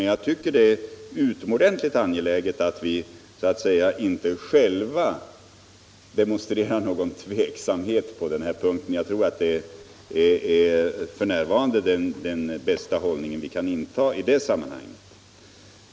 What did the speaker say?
Jag tycker att det är utomordentligt angeläget att vi inte själva demonstrerar någon tveksamhet på den här punkten. Jag tror att det är den bästa hållning som vi f. n. kan inta i det sammanhanget.